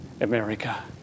America